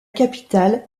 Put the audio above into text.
capitale